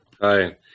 Hi